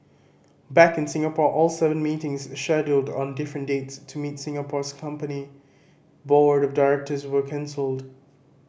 back in Singapore all seven meetings scheduled on different dates to meet the Singapore's company board of directors were cancelled